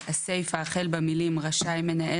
כי מקודם הוקרא פה הנוסח של מוכר מרצון וקונה מרצון,